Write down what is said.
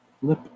flip